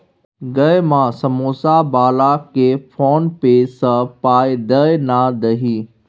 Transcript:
गै माय समौसा बलाकेँ फोने पे सँ पाय दए ना दही